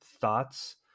thoughts